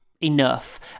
enough